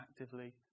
actively